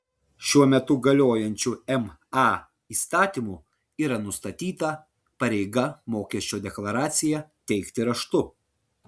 šiuo metu galiojančiu ma įstatymu yra nustatyta pareiga mokesčio deklaraciją teikti raštu